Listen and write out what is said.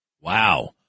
Wow